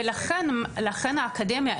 ולכן האקדמיה,